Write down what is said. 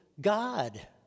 God